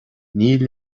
níl